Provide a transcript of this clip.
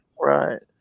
Right